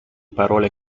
parole